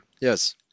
Yes